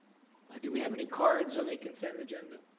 do we have any cards on the consent agenda?